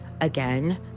again